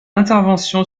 intervention